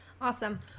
Awesome